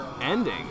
ending